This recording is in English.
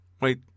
Wait